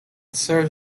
serves